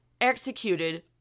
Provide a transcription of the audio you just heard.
executed